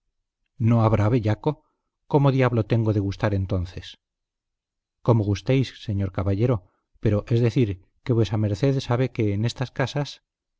no habrá bellaco cómo diablo tengo de gustar entonces como gustéis señor caballero pero es decir que vuesa merced sabe que en estas casas